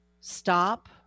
Stop